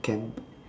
can